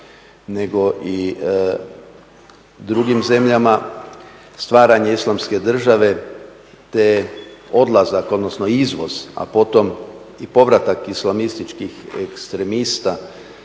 nego i drugim zemljama, stvaranje Islamske države te odlazak odnosno izvoz a potom i povratak islamističkih ekstremista